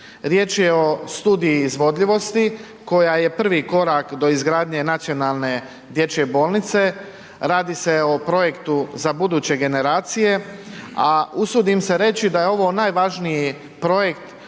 Riječ je o studiji izvodljivosti, koja je prvi korak do izgradnje nacionalne dječje bolnice. Radi se o projektu za buduće generacije, a usudim se reći da je ovo najvažniji projekt